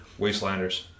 Wastelanders